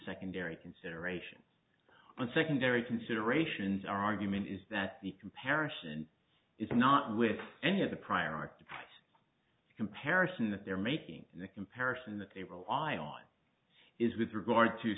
secondary consideration on secondary considerations our argument is that the comparison is not with any of the prior art the comparison that they're making the comparison that they will ion is with regard to